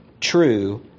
true